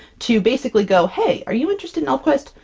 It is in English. to basically go, hey! are you interested in elfquest?